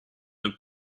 have